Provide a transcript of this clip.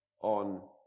on